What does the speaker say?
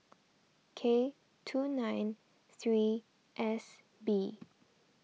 K two nine three S B